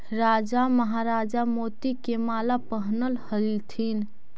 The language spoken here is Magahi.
राजा महाराजा मोती के माला पहनऽ ह्ल्थिन